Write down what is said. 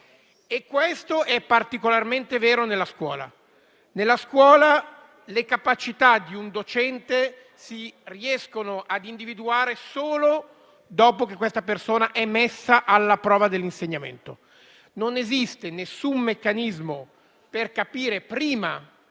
Questo è particolarmente vero nella scuola, dove le capacità di un docente si riescono a individuare solo dopo che questa persona è stata messa alla prova dell'insegnamento; non esiste alcun meccanismo per capirlo prima